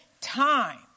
time